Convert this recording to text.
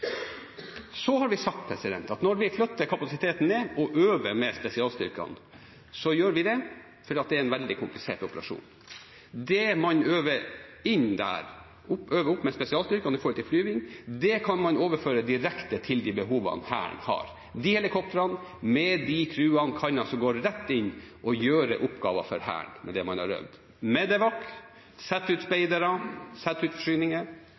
Når vi flytter kapasiteten ned og øver med spesialstyrkene, gjør vi det fordi det er en veldig komplisert operasjon. Det man øver inn der med spesialstyrkene når det gjelder flyging, kan man overføre direkte til de behovene Hæren har. De helikoptrene, med de crewene, kan gå rett inn og gjøre oppgaver for Hæren med det de har øvd på – MEDEVAK, sette ut speidere, sette ut forsyninger.